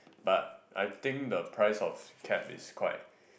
but I think the price of cab is quite